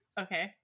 okay